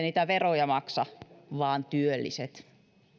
niitä veroja maksa vaan työlliset